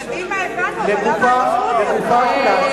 לקדימה הבנו, אבל למה לליכוד לא?